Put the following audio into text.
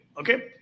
okay